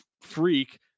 freak